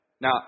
Now